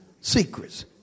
secrets